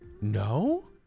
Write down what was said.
No